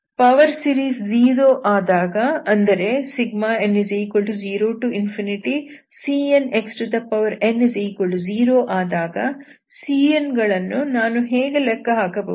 power series 0 ಆದಾಗ ಅಂದರೆ n0cnxn0 ಆದಾಗ cn ಗಳನ್ನು ನಾನು ಹೇಗೆ ಲೆಕ್ಕಹಾಕಬಹುದು